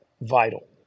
vital